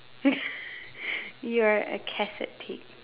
you are a cassette tape